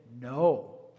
No